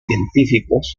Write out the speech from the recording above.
científicos